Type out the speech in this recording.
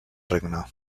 regne